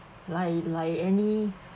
like like any